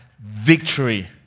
Victory